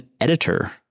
editor